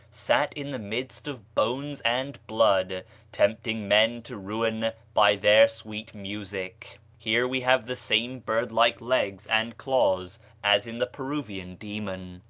sat in the midst of bones and blood, tempting men to ruin by their sweet music. here we have the same bird-like legs and claws as in the peruvian demon.